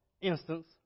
instance